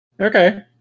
Okay